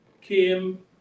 came